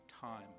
time